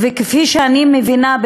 כפי שאני מבינה,